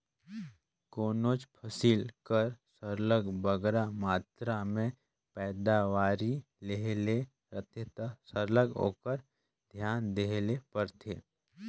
कोनोच फसिल कर सरलग बगरा मातरा में पएदावारी लेहे ले रहथे ता सरलग ओकर धियान देहे ले परथे